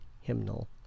hymnal